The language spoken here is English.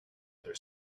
other